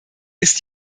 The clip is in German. ist